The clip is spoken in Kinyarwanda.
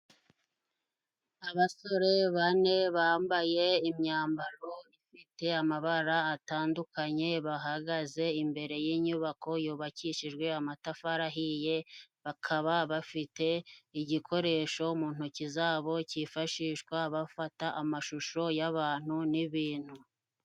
Abasore bane bambaye imyambaro ifite amabara atandukanye, bahagaze imbere y'inyubako yubakishijwe amatafari ahiye, bakaba bafite igikoresho mu ntoki zabo, cyifashishwa bafata amashusho y'abantu n'ibintu.